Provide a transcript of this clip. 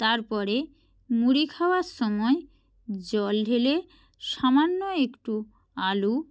তারপরে মুড়ি খাওয়ার সময় জল ঢেলে সামান্য একটু আলু